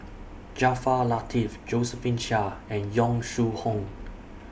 Jaafar Latiff Josephine Chia and Yong Shu Hoong